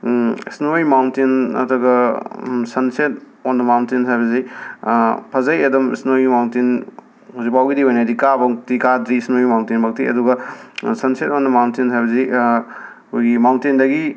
snowy mountain ꯅꯠꯇ꯭ꯔꯒ sunset on the mountain ꯐꯖꯩ ꯑꯗꯨꯝ ꯁ꯭ꯅꯣꯋꯤ ꯃꯥꯎꯟꯇꯦꯟ ꯍꯧꯖꯤꯛꯐꯥꯎꯒꯤ ꯑꯣꯏꯅꯗꯤ ꯀꯥꯕꯃꯛꯇꯤ ꯀꯥꯗ꯭ꯔꯤ ꯁ꯭ꯅꯣꯋꯤ ꯃꯥꯎꯟꯇꯦꯟꯃꯛꯇꯤ ꯑꯗꯨꯒ ꯁꯟꯁꯦꯠ ꯑꯣꯟ ꯗ ꯃꯥꯎꯟꯇꯦꯟ ꯍꯥꯏꯕꯁꯤꯗꯤ ꯑꯩꯈꯣꯏꯒꯤ ꯃꯥꯎꯟꯇꯦꯟꯗꯒꯤ